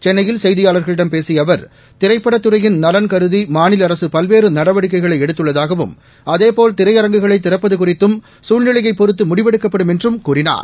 சென்னையில் செய்தியாளர்களிடம் பேசிய அவர் திரைப்படத்துறையின் நலன் கருதி மாநில அரசு பல்வேறு நடவடிக்கைகளை எடுத்துள்ளதாகவும் அதேபோல் திரையரங்குகளை திறப்பது குறித்தும் சூழ்நிலையை பொறுத்து முடிவெடுக்கப்படும் என்று கூறினார்